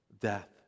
death